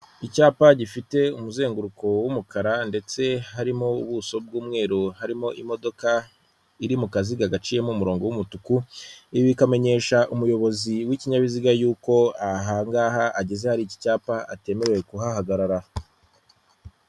Icyapa gifite umuzenguruko w'umukara ndetse harimo ubuso bw'umweru harimo imodoka iri mu kaziga gaciyemo umurongo w'umutuku, ibi bikamenyesha umuyobozi w'ikinyabiziga yuko aha ngaha ageze hari iki cyapa atemerewe kuhahagarara.